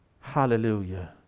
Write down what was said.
Hallelujah